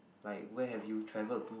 like where have you traveled to